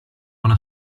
una